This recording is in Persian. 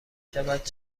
شود